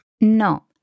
No